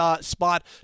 spot